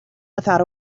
without